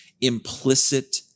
implicit